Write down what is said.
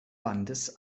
bandes